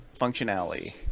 functionality